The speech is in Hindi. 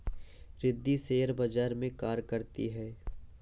रिद्धी शेयर बाजार में कार्य करती है